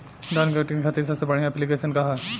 धान के कटनी खातिर सबसे बढ़िया ऐप्लिकेशनका ह?